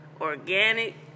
organic